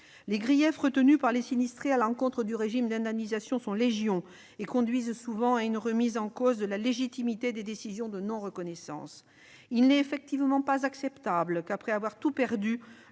Les griefs retenus par les sinistrés à l'encontre du régime d'indemnisation sont légion et conduisent souvent à une remise en cause de la légitimité des décisions de non-reconnaissance. Il est inacceptable que nos concitoyens, après avoir tout perdu